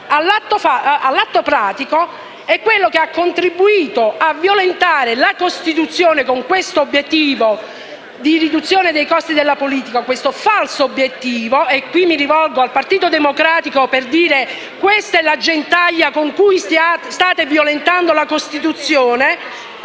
all'atto pratico sono quelli che hanno contribuito a violentare la Costituzione con il falso obiettivo di ridurre i costi della politica. A tale proposito mi rivolgo al Partito Democratico per dire che questa è la gentaglia con cui state violentando la Costituzione.